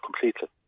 completely